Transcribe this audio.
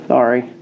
Sorry